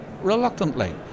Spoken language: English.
reluctantly